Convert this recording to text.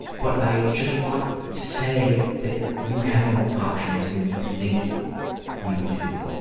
but i just want to say that you have more options than you think you do.